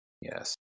yes